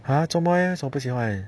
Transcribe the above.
!huh! 做莫为什么不喜欢